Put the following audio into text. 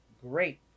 great